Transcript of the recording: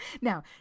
Now